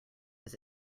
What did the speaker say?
his